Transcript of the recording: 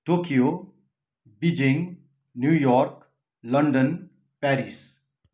Tokyo Beijing New York London Paris